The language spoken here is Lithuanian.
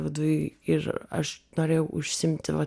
viduj ir aš norėjau užsiimti va